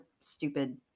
stupid